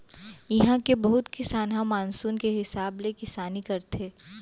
इहां के बहुत किसान ह मानसून के हिसाब ले किसानी करथे